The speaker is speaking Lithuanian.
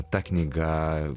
ta knyga